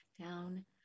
down